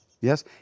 Yes